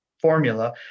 formula